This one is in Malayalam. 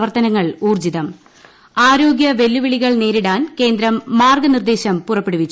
പ്രവർത്തനങ്ങൾ ഊർജ്ജിതം ആരോഗൃ വെല്ലുവിളികൾ നേരിടാൻ കേന്ദ്രം മാർഗനിർദ്ദേശം പുറപ്പെടുവിച്ചു